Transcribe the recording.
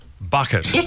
bucket